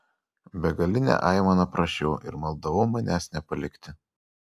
begaline aimana prašiau ir maldavau manęs nepalikti